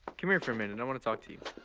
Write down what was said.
come here for a minute, i want to talk to you.